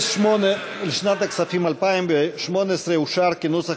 08 לשנת הכספים 2018 אושר כנוסח